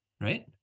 right